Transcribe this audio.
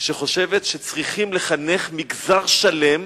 שחושבת שצריכים לחנך מגזר שלם,